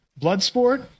Bloodsport